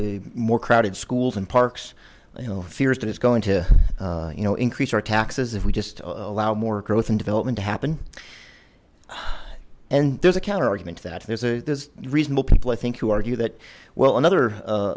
a more crowded schools and parks you know fears that it's going to you know increase our taxes if we just allow more growth and development to happen and there's a counter argument to that there's a there's reasonable people i think who argue that well another